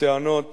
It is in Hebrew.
בטענות